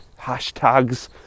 hashtags